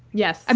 yes. and